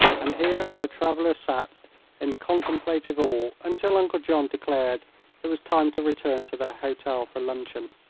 and here our travellers sat in contemplative awe until uncle john declared it was time to return to their hotel for luncheon.